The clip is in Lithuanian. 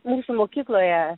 mūsų mokykloje